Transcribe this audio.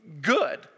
good